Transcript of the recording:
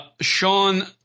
Sean